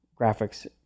graphics